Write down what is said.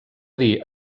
dir